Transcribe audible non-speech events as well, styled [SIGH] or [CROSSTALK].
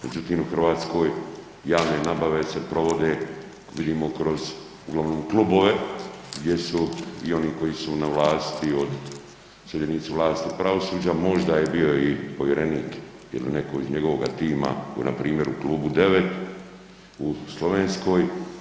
Međutim, u Hrvatskoj, javne nabave se provode, vidimo kroz uglavnom klubove gdje su i oni koji su na vlasti, ... [UNINTELLIGIBLE] vlasti pravosuđa, možda je bio i povjerenik ili neko iz njegovog tima, npr. u klubu 9, u Slovenskoj.